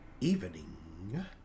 evening